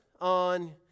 on